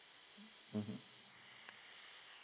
mm